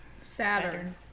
Saturn